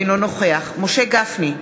אינו נוכח משה גפני,